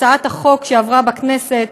הצעת החוק שעברה בכנסת,